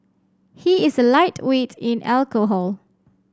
he is a lightweight in alcohol